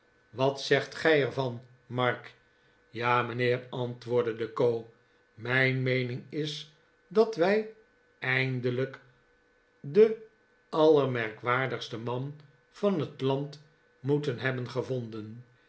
wat zegt gij er van mark ja mijnheer antwoordde de co mijn meening is dat wij eindelijk den allermerkwaardigsten man van het land moeten hebben gevonden